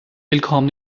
willkommen